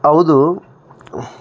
ಹೌದು